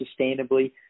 sustainably